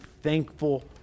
thankful